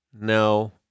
No